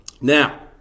Now